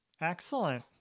Excellent